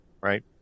right